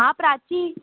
हां प्राची